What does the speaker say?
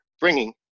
bringing